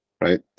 Right